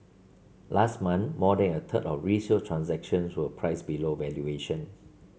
last month more than a third of resale transactions were priced below valuation